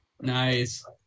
Nice